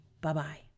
Bye-bye